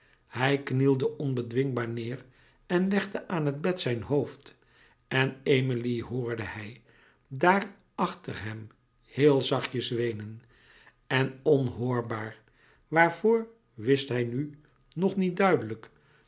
hij knielde onbedwingbaar neêr en legde aan het bed zijn hoofd en emilie hoorde hij daar achter hem heel zachtjes weenen en onhoorbaar waarvoor wist hij nu nog niet duidelijk